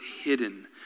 hidden